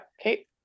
okay